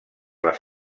les